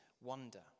wonder